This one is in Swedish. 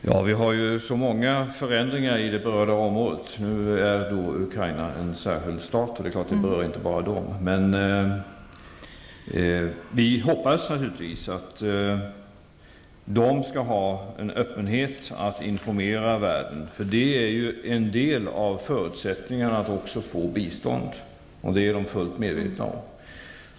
Fru talman! Det har skett många förändringar i det berörda området. Ukraina är t.ex. en särskild stat. Vi hoppas naturligtvis att det skall finnas en öppenhet när det gäller att informera världen. Det är en del av förutsättningarna för att få bistånd, och det är de fullt medvetna om.